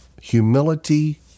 humility